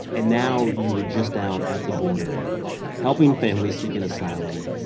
and now you were just down at the border helping families seeking asylum.